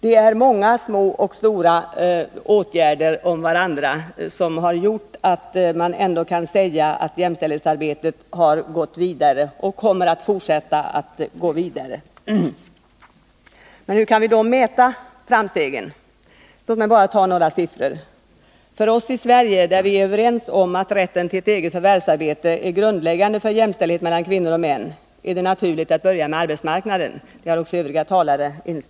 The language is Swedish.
Det är många små och stora åtgärder som gör att man ändå kan säga att jämställdhetsarbetet har gått vidare och kommer att fortsätta att göra det. Hur kan vi då mäta framstegen? Låt mig ta några siffror. För oss i Sverige, där vi är överens om att rätten till ett eget förvärvsarbete är grundläggande för jämställdhet mellan kvinnor och män, är det naturligt att börja med arbetsmarknaden — det har också övriga talare varit inne på.